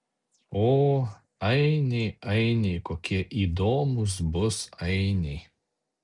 o ainiai ainiai kokie įdomūs bus ainiai